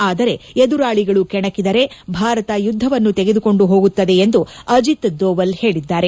ಆದರೆ ಎದುರಾಳಿಗಳು ಕೆಣಕಿದರೆ ಭಾರತ ಯುದ್ಧವನ್ನು ತೆಗೆದುಕೊಂಡು ಹೋಗುತ್ತದೆ ಎಂದು ಅಜಿತ್ ದೋವಲ್ ಹೇಳಿದ್ದಾರೆ